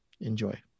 Enjoy